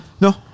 No